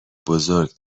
بزرگ